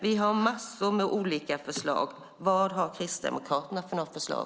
Vi har massor med olika förslag. Vad har Kristdemokraterna för förslag?